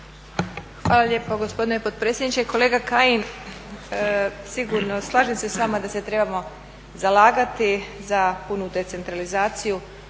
Hvala lijepo gospodine potpredsjedniče. Kolega Kajin sigurno slažem se s vama da se trebamo zalagati za punu decentralizaciju